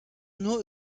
nur